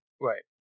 Right